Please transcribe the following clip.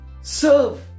Serve